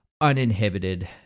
uninhibited